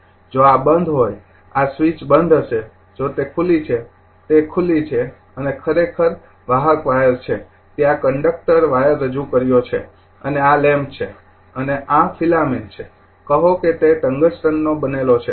જો આ બંધ હોય આ સ્વિચ બંધ હશે જો તે ખુલ્લી છે તે ખુલ્લી છે અને આ ખરેખર વાહક વાયર છે ત્યાં કંડક્ટર વાયર રજૂ કર્યો છે અને આ લેમ્પ છે અને આ ફિલામેન્ટ છે કહો કે તે ટંગસ્ટનનો બનેલો છે